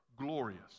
glorious